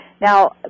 Now